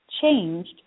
changed